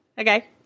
Okay